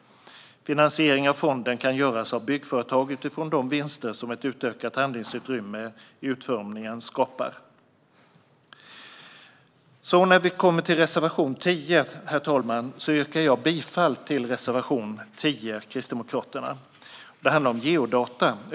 Finansiering av fonden kan göras av byggföretag utifrån de vinster som ett utökat handlingsutrymme i utformningen skapar. Jag yrkar bifall till reservation 10 från Kristdemokraterna. Det handlar om geodata.